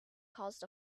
caused